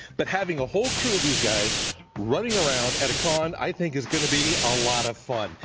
but having a whole crew, these guys running around at a con, i think is going to be ah lot of fun.